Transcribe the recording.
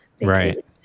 Right